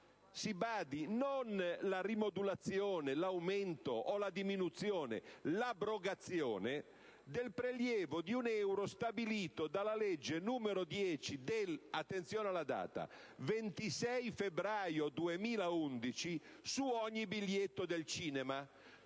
(si badi, non la rimodulazione, l'aumento o la diminuzione: l'abrogazione) del prelievo di un euro stabilito dalla legge n. 10 del - attenzione alla data - 26 febbraio 2011 su ogni biglietto del cinema,